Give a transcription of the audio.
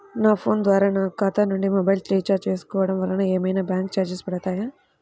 నా ఫోన్ ద్వారా నా ఖాతా నుండి మొబైల్ రీఛార్జ్ చేసుకోవటం వలన ఏమైనా బ్యాంకు చార్జెస్ పడతాయా?